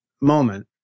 moment